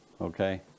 okay